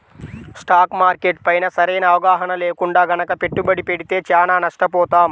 stock market పైన సరైన అవగాహన లేకుండా గనక పెట్టుబడి పెడితే చానా నష్టపోతాం